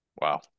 Wow